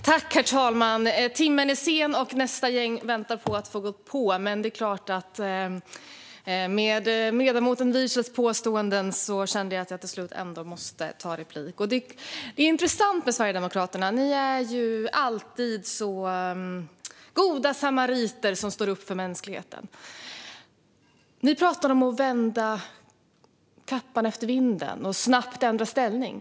Herr talman! Timmen är sen, och nästa gäng väntar på att få gå på. Men det är klart att jag till slut kände att jag måste ta replik på ledamoten Wiechels påståenden. Det är intressant med Sverigedemokraterna. Ni är ju alltid så goda samariter som står upp för mänskligheten. Ni pratade om att vända kappan efter vinden och snabbt ändra inställning.